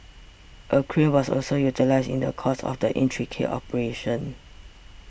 a crane was also utilised in the course of the intricate operation